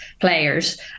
players